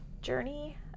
journey